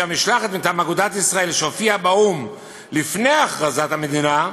המשלחת מטעם אגודת ישראל שהופיעה באו"ם לפני הכרזת המדינה,